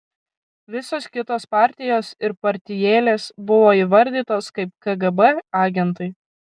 visos kitos partijos ir partijėlės buvo įvardytos kaip kgb agentai